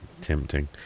tempting